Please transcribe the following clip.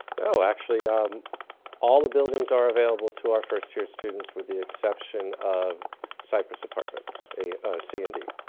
no actually um all the buildings are available to our first-year students with the exception of cyprus apartments, a c and d.